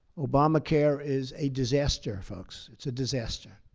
obamacare is a disaster, folks. it's a disaster.